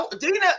Dina